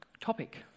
topic